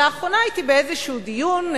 לאחרונה הייתי באיזה דיון,